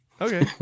Okay